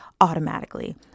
automatically